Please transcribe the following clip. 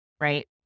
right